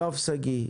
יואב שגיא,